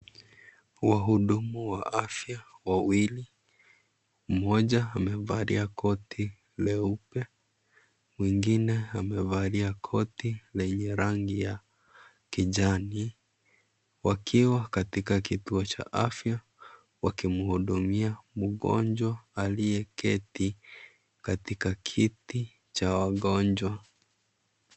Wahudumu wa afya wawili. Mmoja amevalia koti leupe, mwengine amevalia koti lenye rangi ya kijani wakiwa katika kituo cha afya wakimhudumia mgonjwa aliye keti katika kiti cha wagonjwa.